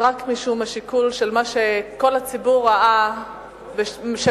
זה רק משום השיקול של מה שכל הציבור ראה ושמע,